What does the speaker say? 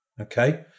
okay